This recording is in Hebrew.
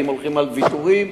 האם הולכים על ויתורים.